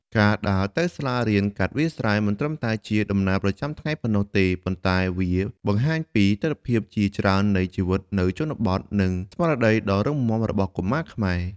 ការដើរទៅសាលារៀនកាត់វាលស្រែ មិនត្រឹមតែជាដំណើរប្រចាំថ្ងៃប៉ុណ្ណោះទេ ប៉ុន្តែវាបង្ហាញពីទិដ្ឋភាពជាច្រើននៃជីវិតនៅជនបទ និង ស្មារតីដ៏រឹងមាំ របស់កុមារខ្មែរ។